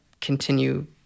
continue